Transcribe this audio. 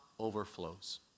overflows